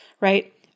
right